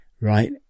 right